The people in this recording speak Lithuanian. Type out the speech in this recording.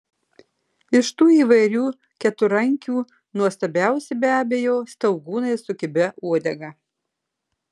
iš tų įvairių keturrankių nuostabiausi be abejo staugūnai su kibia uodega